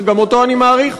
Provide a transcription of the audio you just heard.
שגם אותו אני מעריך,